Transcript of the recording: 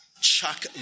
Chuck